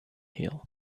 hill